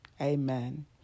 Amen